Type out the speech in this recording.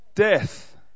death